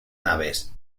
naves